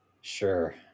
sure